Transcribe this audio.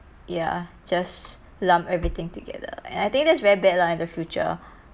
ya just lump everything together and I think that's very bad lah in the future